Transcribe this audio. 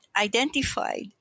identified